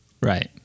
Right